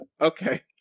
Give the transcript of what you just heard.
Okay